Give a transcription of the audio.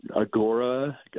agora